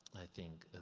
i think,